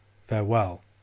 Farewell